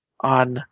on